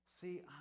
See